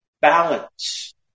balance